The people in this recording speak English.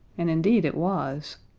and indeed it was.